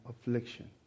affliction